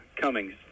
Cummings